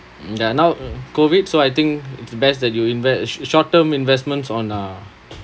there are now COVID so I think it's best that you invest sh~ short term investments on uh